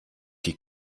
die